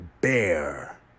bear